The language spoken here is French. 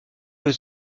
aux